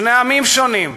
שני עמים שונים.